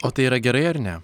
o tai yra gerai ar ne